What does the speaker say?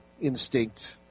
instinct